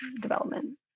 development